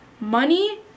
Money